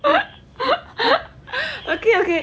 okay okay